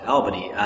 Albany